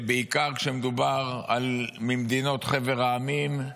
בעיקר כשמדובר ממדינות חבר העמים,